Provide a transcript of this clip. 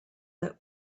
that